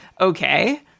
okay